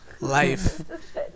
Life